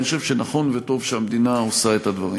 אני חושב שנכון וטוב שהמדינה עושה את הדברים האלה.